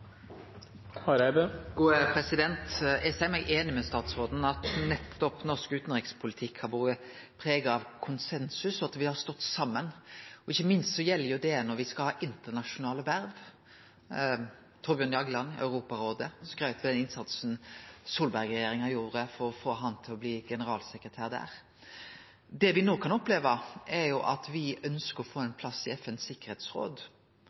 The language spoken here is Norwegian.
har vore prega av konsensus, og at me har stått saman. Ikkje minst gjeld det når me skal ha internasjonale verv. Thorbjørn Jagland i Europarådet skrytte av den innsatsen Solberg-regjeringa gjorde for å få han til å bli generalsekretær der. Det me no kan oppleve, er at når me ønskjer å få